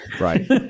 Right